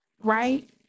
right